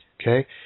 Okay